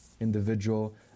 individual